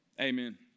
Amen